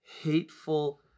hateful